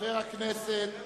חבר הכנסת בר-און,